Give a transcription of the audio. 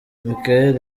michael